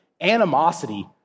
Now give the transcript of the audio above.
animosity